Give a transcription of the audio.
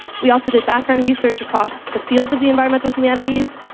we also did background research across the field of the environmental humanities,